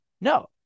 no